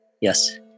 yes